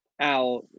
Al